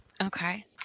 Okay